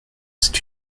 c’est